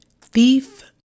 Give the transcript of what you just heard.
Thief